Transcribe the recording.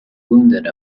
wounded